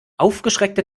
aufgeschreckte